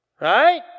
right